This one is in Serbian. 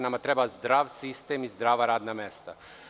Nama treba zdrav sistem i zdrava radna mesta.